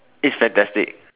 it's fantastic